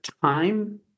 time